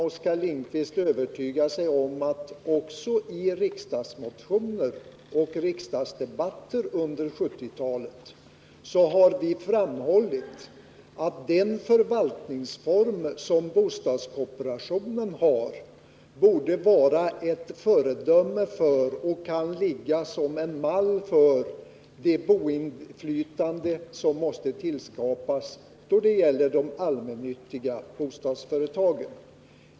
Oskar Lindkvist kan själv övertyga sig om att vi också i riksdagsmotioner och riksdagsdebatter under 1970-talet framhållit att den förvaltningsform som bostadskooperationen har borde vara ett föredöme och kan användas som mall för det boinflytande som måste skapas i de allmännyttiga bostadsföretagen.